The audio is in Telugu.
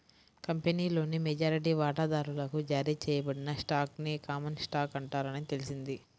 కంపెనీలోని మెజారిటీ వాటాదారులకు జారీ చేయబడిన స్టాక్ ని కామన్ స్టాక్ అంటారని తెలిసింది